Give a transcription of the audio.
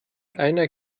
einer